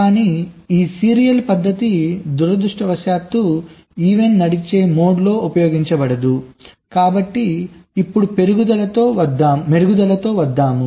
కాని ఈ సీరియల్ పద్ధతి దురదృష్టవశాత్తు ఈవెంట్ నడిచే మోడ్లో ఉపయోగించబడదు కాబట్టి ఇప్పుడు మెరుగుదలలతో వద్దాం